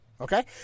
okay